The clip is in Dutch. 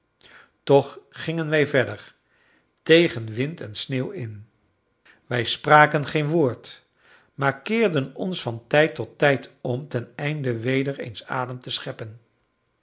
toch gingen wij verder tegen wind en sneeuw in wij spraken geen woord maar keerden ons van tijd tot tijd om teneinde weder eens adem te scheppen